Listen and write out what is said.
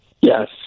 Yes